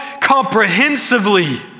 comprehensively